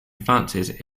advances